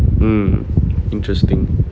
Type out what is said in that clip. mm interesting